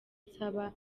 nsaba